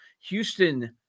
Houston